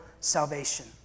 salvation